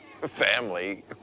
family